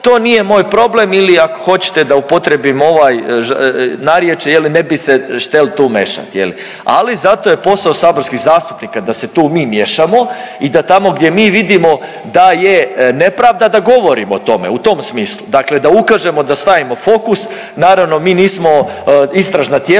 to nije moj problem ili ako hoćete, da upotrijebim ovaj, narječje, je li, ne bi štel tu mešati, je li? Ali, zato je posao saborskih zastupnika da tu mi miješamo i da tamo gdje mi vidimo da je nepravda, da govorimo o tome, u tom smislu, dakle da ukažemo, da stavimo fokus, naravno, mi nismo istražna tijela